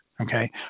okay